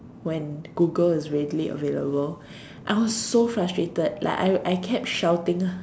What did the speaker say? when Google is readily available I was so frustrated like I I kept shouting